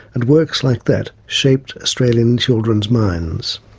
and works like that shaped australian children's minds.